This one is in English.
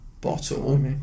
bottle